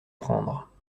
prendre